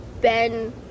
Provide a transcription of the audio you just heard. Ben